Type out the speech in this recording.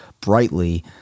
brightly